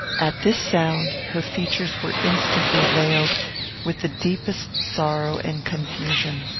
at this sound, her features were instantly veiled with the deepest sorrow and confusion.